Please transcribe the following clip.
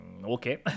Okay